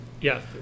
Yes